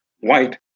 white